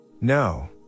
No